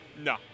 no